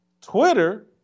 Twitter